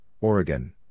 Oregon